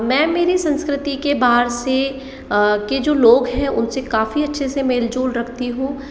मैं मेरी संस्कृति के बाहर से के जो लोग हैं उन से काफ़ी अच्छे से मेल जोल रखती हूँ